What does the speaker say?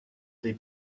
des